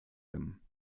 them